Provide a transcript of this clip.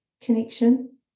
connection